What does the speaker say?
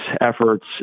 efforts